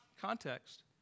context